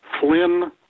Flynn